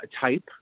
type